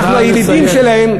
אנחנו הידידים שלהם,